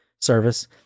service